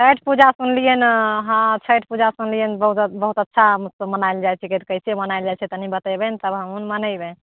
छठि पूजा सुनलिअनि हँ छठि पूजा सुनलिअनि बहुत बहुत अच्छासँ मनाएल जाइत छिकै कैसे मनाएल जाइ तनि बतबै ने तब हमहुँ मनेबै